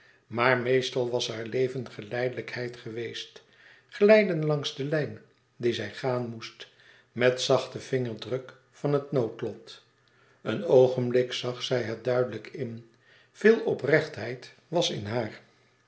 maar meestal was haar leven geleidelijkheid geweest glijden langs de lijn die zij gaan moest met zachten vingerdruk van het noodlot een oogenblik zag zij het duidelijk in veel oprechtheid was in haar